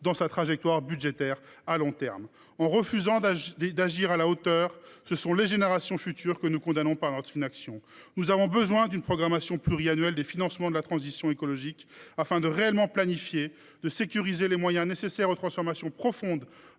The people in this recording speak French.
dans sa trajectoire budgétaire de long terme. En refusant d’agir et de nous montrer à la hauteur, ce sont les générations futures que nous condamnons par notre inaction. Nous avons besoin d’une programmation pluriannuelle des financements de la transition écologique afin de réellement planifier, de sécuriser les moyens nécessaires aux transformations profondes